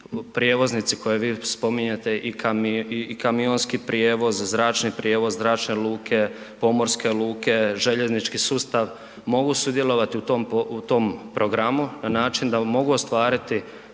prijevoznici koje vi spominjete i kamionski prijevoz, zračni prijevoz, zračne luke, pomorske luke, željeznički sustav mogu sudjelovati u tom programu na način da mogu ostvariti